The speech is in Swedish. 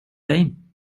dig